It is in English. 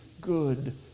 good